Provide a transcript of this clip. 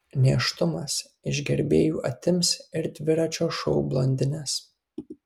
nėštumas iš gerbėjų atims ir dviračio šou blondines